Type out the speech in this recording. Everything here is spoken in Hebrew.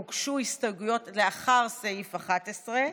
הוגשה הסתייגות אחרי סעיף 11,